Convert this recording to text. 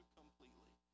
completely